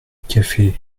café